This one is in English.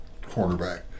cornerback